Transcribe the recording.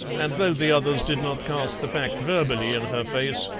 and though the others did not cast the fact verbally in her face,